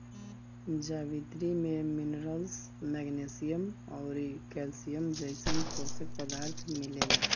जावित्री में minerals, magnesium अउरी कैल्शियम जइसन पोषक पदार्थ मिलेला